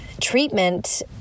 treatment